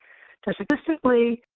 consistently,